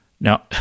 Now